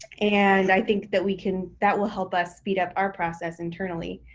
and i think that we can, that will help us speed up our process internally.